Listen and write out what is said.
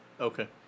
Okay